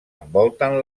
envolten